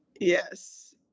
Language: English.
Yes